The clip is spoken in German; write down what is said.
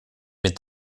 mit